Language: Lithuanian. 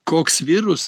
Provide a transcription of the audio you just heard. koks virus